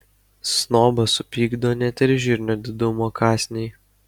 snobą supykdo net ir žirnio didumo kąsniai